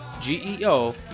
G-E-O